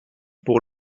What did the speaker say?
pour